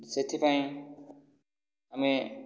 ସେଥିପାଇଁ ଆମେ